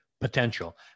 potential